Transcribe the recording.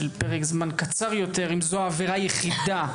פרק זמן קצר יותר אם זו העבירה היחידה.